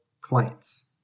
clients